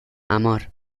amor